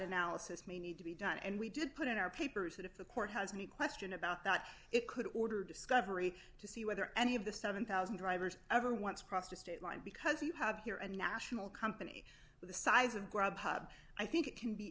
analysis may need to be done and we did put in our papers that if the court has any question about that it could order discovery to see whether any of the seven thousand drivers ever once crossed a state line because you have here a national company the size of grub hub i think it can be